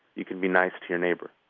you can be nice to your neighbor.